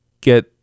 get